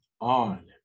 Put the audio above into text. on